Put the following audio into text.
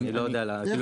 אני לא יודע להתייחס.